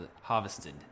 harvested